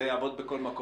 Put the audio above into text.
זה יעבוד בכל מקום.